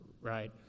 right